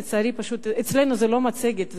לצערי אצלנו זה לא מצגת,